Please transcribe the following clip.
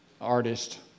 artist